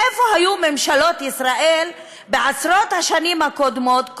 איפה היו ממשלות ישראל בעשרות השנים הקודמות,